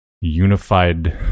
unified